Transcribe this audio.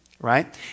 Right